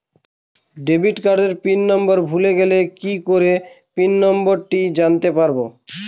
Debit কার্ডের pin number ভুলে গেলে কি করে পিন নম্বরটি জানতে পারবো?